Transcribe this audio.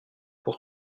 pour